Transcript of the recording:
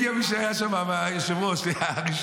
הגיע מי שהיה שם היושב-ראש הראשון,